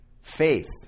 faith